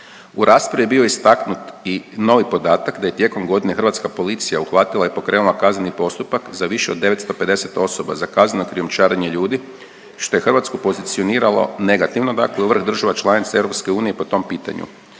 U raspravi je bio istaknut i novi podatak da je tijekom godine hrvatska policija uhvatila i pokrenula kazneni postupak za više od 950 osoba za kazneno krijumčarenje ljudi što je Hrvatsku pozicioniralo negativno, dakle u vrh država članica EU po tom pitanju.